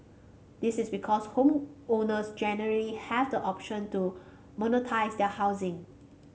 this is because homeowners generally have the option to monetise their housing